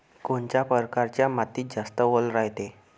कोनच्या परकारच्या मातीत जास्त वल रायते?